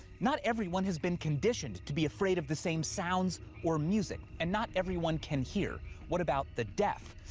not everyone has been conditioned to be afraid of the same sounds or music, and not everyone can hear what about the deaf?